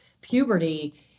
puberty